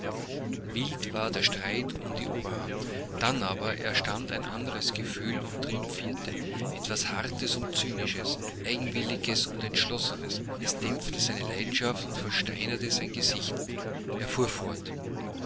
wild war der streit um die oberhand dann aber erstand ein anderes gefühl und triumphierte etwas hartes und cynisches eigenwilliges und entschlossenes es dämpfte seine leidenschaft und versteinerte sein gesicht er fuhr fort